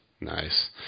Nice